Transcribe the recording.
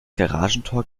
garagentor